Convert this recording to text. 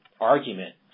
argument